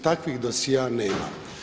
Takvih dosjea nema.